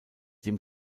dem